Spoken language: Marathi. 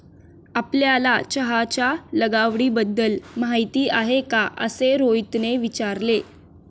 आपल्याला चहाच्या लागवडीबद्दल माहीती आहे का असे रोहितने विचारले?